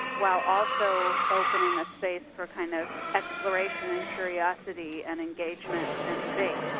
while also opening a space for kind of exploration and curiosity and engagement and debate.